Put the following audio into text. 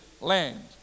land